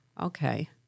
Okay